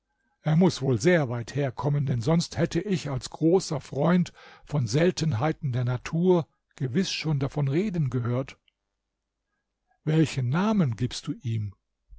er muß wohl sehr weit herkommen denn sonst hätte ich als großer freund von seltenheiten der natur gewiß schon davon reden gehört welchen namen gibst du ihm